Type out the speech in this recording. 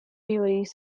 breweries